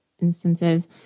instances